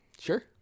sure